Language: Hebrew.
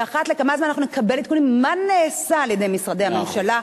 ואחת לכמה זמן אנחנו נקבל עדכונים מה נעשה על-ידי משרדי הממשלה,